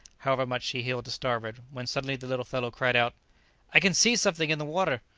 however much she heeled to starboard, when suddenly the little fellow cried out i can see something in the water!